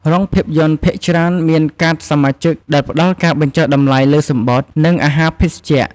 រោងភាពយន្តភាគច្រើនមានកាតសមាជិកដែលផ្តល់ការបញ្ចុះតម្លៃលើសំបុត្រ និងអាហារភេសជ្ជៈ។